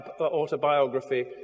autobiography